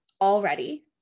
already